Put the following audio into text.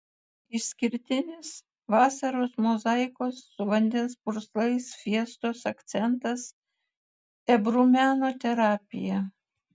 išskirtinis vasaros mozaikos su vandens purslais fiestos akcentas ebru meno terapija